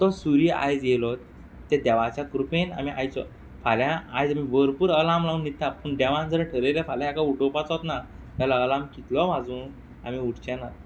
तो सूर्य आयज येयलो ते देवाच्या कृपेन आमी आयचो फाल्यां आयज आमी भरपूर अलाम लावन न्हिदता पूण देवान जर ठरयलें फाल्यां हेका उठोवपाचोत ना जाल्या अलाम कितलोय वाजूं आमी उठचेनात